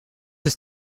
has